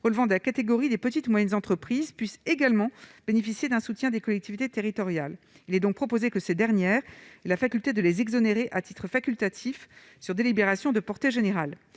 relevant de la catégorie des petites moyennes entreprises puissent également bénéficier d'un soutien des collectivités territoriales, il est donc proposé que ces dernières, la faculté de les exonérer à titre facultatif sur délibération de portée générale,